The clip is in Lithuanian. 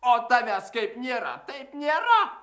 o tavęs kaip nėra taip nėra